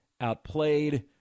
outplayed